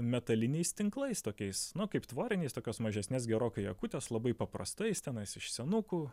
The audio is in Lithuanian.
metaliniais tinklais tokiais kaip tvoriniais tokios mažesnės gerokai akutės labai paprastais tenais iš senukų